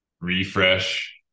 Refresh